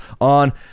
on